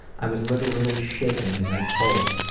i was literally shaking as i told,